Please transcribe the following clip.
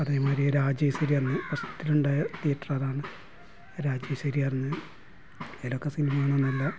അതേ മാതിരി രാജേശ്വരി പറഞ്ഞ് ഫസ്റ്റിലുണ്ടായ തിയേറ്റർ അതാണ് രാജേശ്വരി പറഞ്ഞ് അതിലൊക്കെ സിനിമ കാണാൻ നല്ല